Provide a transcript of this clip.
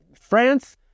France